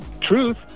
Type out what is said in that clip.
truth